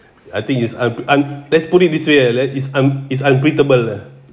I think it's un~ un~ let's put it this way lah that is un~ is unbeatable lah